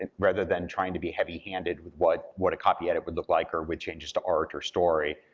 and rather than trying to be heavy-handed with what what a copy edit would look like, or with changes to art or story,